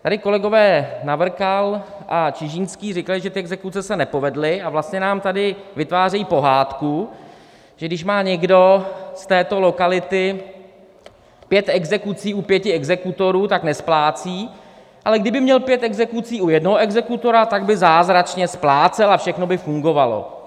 Tady kolegové Navrkal a Čižinský říkali, že exekuce se nepovedly, a vlastně nám tady vytvářejí pohádku, že když má někdo z této lokality pět exekucí u pěti exekutorů, tak nesplácí, ale kdyby měl pět exekucí u jednoho exekutora, tak by zázračně splácel a všechno by fungovalo.